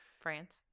France